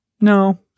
no